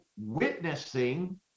witnessing